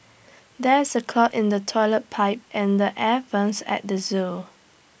there is A clog in the Toilet Pipe and the air Vents at the Zoo